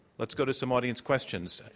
let's go to some audience questions.